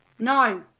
No